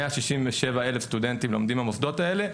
167,000 סטודנטים במוסדות האלה.